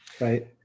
right